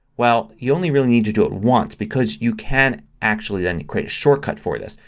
well, you're only really need to do it once because you can actually then create a shortcut for this.